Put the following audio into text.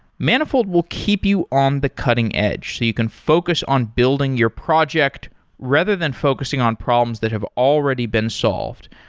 manifold will keep you on the cutting-edge so you can focus on building your project rather than focusing on problems that have already been solved.